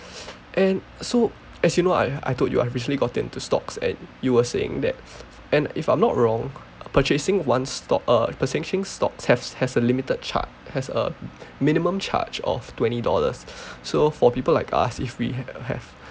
and so as you know I I told I have officially gotten into stocks and you were saying that and if I'm not wrong purchasing one stock uh purchasing stocks have has a limited charge has a minimum charge of twenty dollars so for people like us if we have have